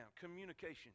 Communication